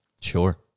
Sure